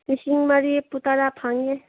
ꯂꯤꯁꯤꯡ ꯃꯔꯤꯐꯨ ꯇꯔꯥ ꯐꯪꯉꯦ